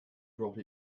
brought